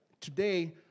today